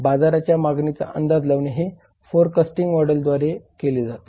बाजाराच्या मागणीचा अंदाज लावणे हे फोरकास्टिंग मॉडेलद्वारे केले जाते